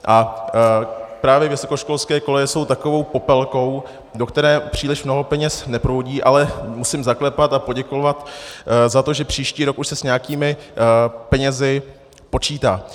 A právě vysokoškolské koleje jsou takovou popelkou, do které příliš mnoho peněz neproudí, ale musím zaklepat a poděkovat za to, že příští rok už se s nějakými penězi počítá.